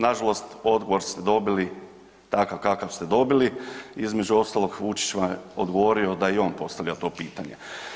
Nažalost odgovor ste dobili takav kakav ste dobili, između ostalog Vučić vam je odgovorio da i on postavlja to pitanje.